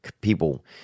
People